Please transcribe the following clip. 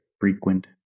Frequent